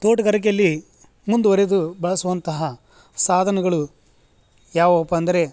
ತೋಟಗಾರಿಕೆಯಲ್ಲಿ ಮುಂದುವರೆದು ಬಳಸುವಂತಹ ಸಾಧನಗಳು ಯಾವುವಪ್ಪ ಅಂದರೆ